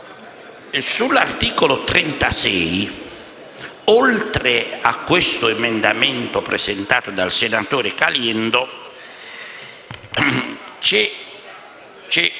Sull'articolo 36, oltre all'emendamento presentato dal senatore Caliendo, c'è